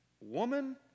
woman